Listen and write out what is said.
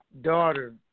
daughter